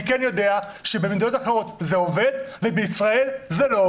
אני לא איש מקצוע בנושא הזה ואני לא מבין,